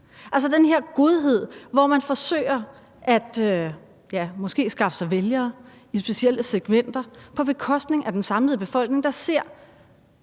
Altså den her godhed, hvor man forsøger måske at skaffe sig vælgere i specielle segmenter på bekostning af den samlede befolkning, der ser